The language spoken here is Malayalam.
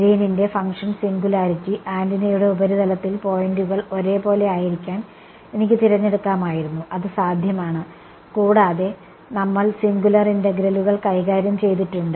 ഗ്രീനിന്റെ function singularity Green's function singularity ആന്റിനയുടെ ഉപരിതലത്തിൽ പോയിന്റുകൾ ഒരേ പോലെ ആയിരിക്കാൻ എനിക്ക് തിരഞ്ഞെടുക്കാമായിരുന്നു അത് സാധ്യമാണ് കൂടാതെ നമ്മൾ സിംഗുലാർ ഇന്റഗ്രലുകൾ കൈകാര്യം ചെയ്തിട്ടുണ്ട്